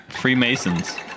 freemasons